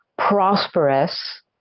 prosperous